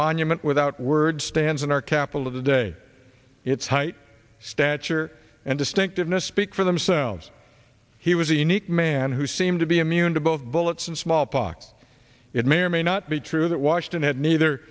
monument without words stands in our capital of the day its height stature and distinctiveness speak for themselves he was a unique man who seemed to be immune to both bullets and smallpox it may or may not be true that washington had neither